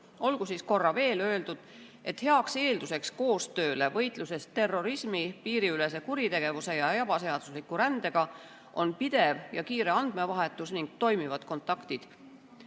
Olgu siis korra veel öeldud, et heaks eelduseks koostööle võitluses terrorismi, piiriülese kuritegevuse ja ebaseadusliku rändega on pidev ja kiire andmevahetus ning toimivad kontaktid.